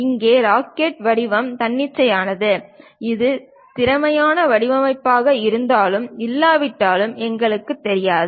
இங்கே ராக்கெட் வடிவம் தன்னிச்சையானது இது திறமையான வடிவமைப்பாக இருந்தாலும் இல்லாவிட்டாலும் எங்களுக்குத் தெரியாது